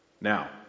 Now